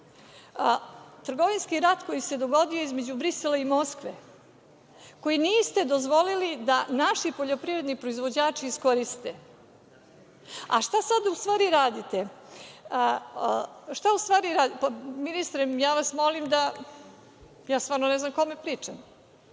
Trgovinski rat koji se dogodio između Brisela i Moskve, koji niste dozvolili da naši poljoprivredni proizvođači iskoriste, a šta sad u stvari radite? Ministre, ja vas molim, stvarno ne znam kome pričam.